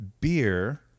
beer